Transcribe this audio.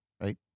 Right